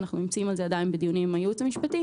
אנחנו עדיין בדיונים עם הייעוץ המשפטי